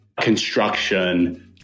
construction